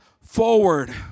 forward